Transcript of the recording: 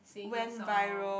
singing a song